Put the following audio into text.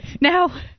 Now